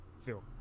feel